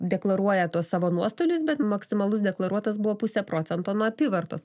deklaruoja tuos savo nuostolius bet maksimalus deklaruotas buvo pusė procento nuo apyvartos